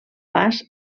pas